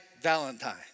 Valentine